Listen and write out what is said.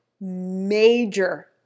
major